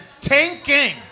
tanking